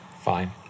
Fine